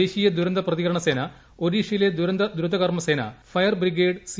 ദേശീയ ദുരന്ത പ്രതികരണ സേന ഒഡീഷയിലെ ദുരന്ത ദ്രുതകർമ്മസേന ഫയർ ഫ്രിഗേഡ് സി